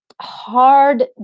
hard